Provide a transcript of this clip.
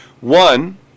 One